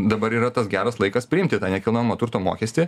dabar yra tas geras laikas priimti tą nekilnojamo turto mokestį